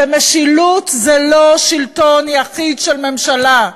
משילות זה לא שלטון יחיד של ממשלה,